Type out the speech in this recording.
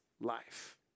life